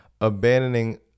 abandoning